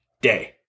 day